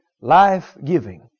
Life-giving